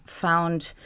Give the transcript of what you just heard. found